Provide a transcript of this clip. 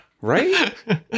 Right